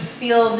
feel